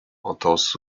entorse